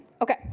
okay